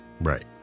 Right